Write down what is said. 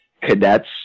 cadets